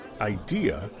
idea